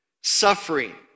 suffering